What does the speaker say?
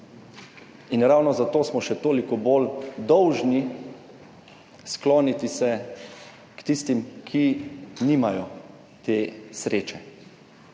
in ravno zato smo se še toliko bolj dolžni skloniti k tistim, ki nimajo te sreče,